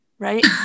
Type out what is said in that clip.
Right